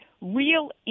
real